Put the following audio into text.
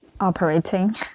operating